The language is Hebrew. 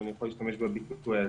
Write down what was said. אם אני יכול להשתמש בביטוי הזה.